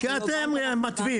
כי אתם מתווים.